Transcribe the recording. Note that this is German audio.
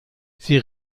sie